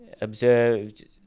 observed